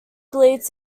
believed